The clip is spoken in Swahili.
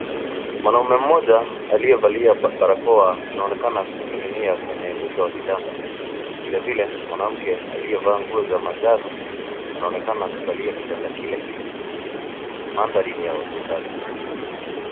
Mwanaume mmoja aliyevalia barakoa anaonekana kukininginia kwenye mwisho wa kitanda, vilevile mwanamke mmoja aliyevaa nguo za manjano anaoneana kukalia kitanda kilele, manthari ni ya hosipitali.